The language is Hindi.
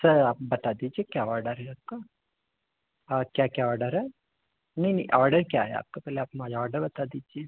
सर आप बता दीजिए क्या क्या ऑर्डर है आपका और क्या क्या ऑर्डर है नहीं नहीं ऑर्डर क्या है आपका पहले आप मुझे ऑर्डर बता दीजिए